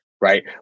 right